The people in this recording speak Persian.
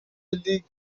لیگ